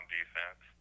defense